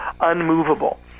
unmovable